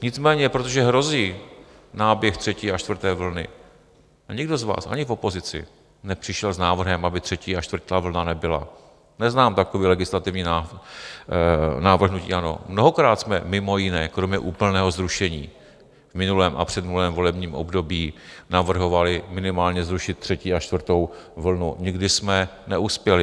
Nicméně protože hrozí náběh třetí a čtvrté vlny a nikdo z vás ani v opozici nepřišel s návrhem, aby třetí a čtvrtá vlna nebyla, neznám takový legislativní návrh hnutí ANO, mnohokrát jsme mimo jiné kromě úplného zrušení v minulém a předminulém volebním období navrhovali minimálně zrušit třetí a čtvrtou vlnu, nikdy jsme neuspěli.